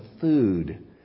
food